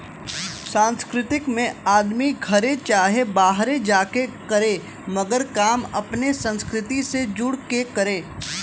सांस्कृतिक में आदमी घरे चाहे बाहरे जा के करे मगर काम अपने संस्कृति से जुड़ के करे